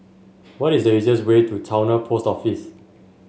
what is the easiest way to Towner Post Office